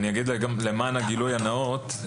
למען הגילוי הנאות,